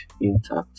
intact